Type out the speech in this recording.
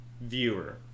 viewer